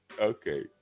Okay